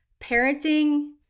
parenting